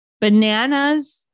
bananas